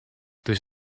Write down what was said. this